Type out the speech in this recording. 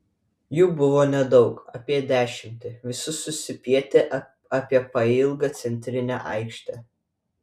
jų buvo nedaug apie dešimtį visi susispietę apie pailgą centrinę aikštę